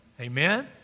Amen